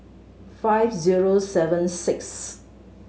five zero seven six